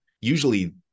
Usually